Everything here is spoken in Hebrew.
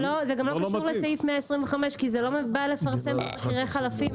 זה גם לא קשור לסעיף 125 כי זה לא בא לפרסם מחירי חלפים.